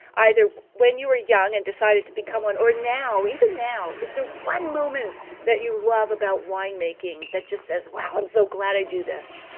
either when you were young and decided to become one or now, even now, is there one moment that you love about winemaking that just says wow, i'm so glad i do this?